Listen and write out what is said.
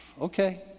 okay